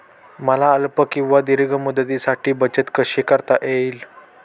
मला अल्प किंवा दीर्घ मुदतीसाठी बचत कशी करता येईल?